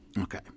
Okay